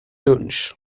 lunch